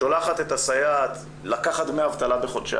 שולחת את הסייעת לקחת דמי אבטלה בחודשי